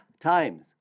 times